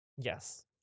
Yes